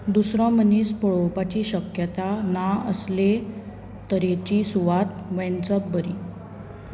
दुसरो मनीस पळोवपाची शक्यताय ना असले तरेची सुवात वेंचप बरी